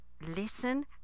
listen